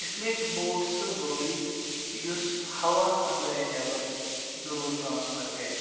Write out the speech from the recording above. اِسلیے چھِ بوٗٹ سُہ ضروٗری یُس ہَوا انٛدر یا نٮ۪بر ضروٗر ٹرٛانسفر کَرِ